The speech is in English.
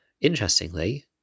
interestingly